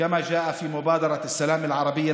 כפי שנזכר ביוזמת השלום הערבית,